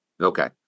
Okay